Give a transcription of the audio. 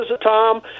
Tom